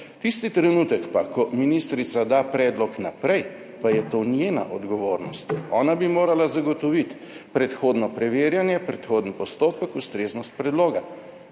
Tisti trenutek pa, ko ministrica da predlog naprej, pa je to njena odgovornost. Ona bi morala zagotoviti predhodno preverjanje, predhoden postopek, ustreznost predloga.